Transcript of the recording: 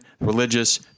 religious